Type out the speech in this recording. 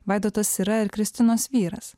vaidotas yra ir kristinos vyras